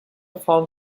found